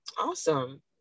Awesome